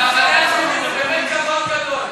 המחנה הציוני זה כבוד גדול.